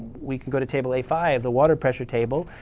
we could go to table a five, the water pressure table,